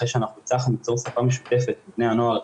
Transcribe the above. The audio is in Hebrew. אחרי שאנחנו הצלחנו ליצור שפה משותפת לבני הנוער,